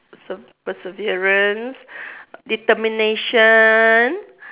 ~serve perseverance determination